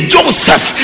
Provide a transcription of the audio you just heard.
Joseph